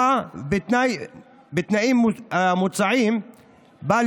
בתנאים המוצעים בה,